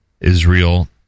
Israel